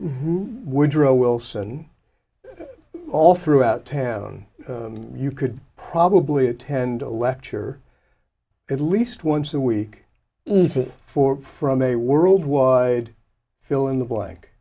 woodrow wilson all throughout town you could probably attend a lecture at least once a week for from a worldwide fill in the bla